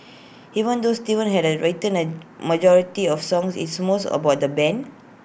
even though Steven and I have written A majority of songs it's more about the Band